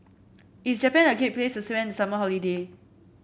is Japan a great place to spend the summer holiday